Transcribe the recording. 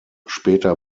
später